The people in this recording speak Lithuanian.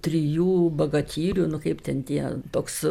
trijų bagatyrių nu kaip ten tie toks